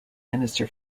minister